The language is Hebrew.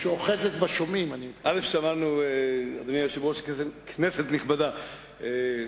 אדוני היושב-ראש, כנסת נכבדה,